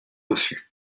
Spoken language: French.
refus